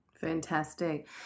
Fantastic